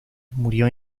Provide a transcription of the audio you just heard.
murió